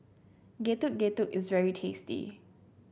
Getuk Getuk is very tasty